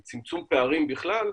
היא צמצום פערים בכלל,